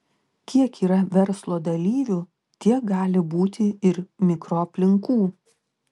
kiek yra verslo dalyvių tiek gali būti ir mikroaplinkų